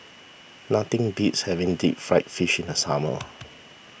nothing beats having Deep Fried Fish in the summer